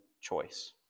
choice